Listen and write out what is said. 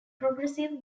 progressive